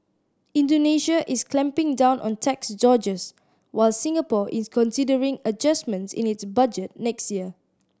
Indonesia is clamping down on tax dodgers while Singapore is considering adjustments in its budget next year